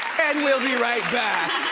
and we'll be right back.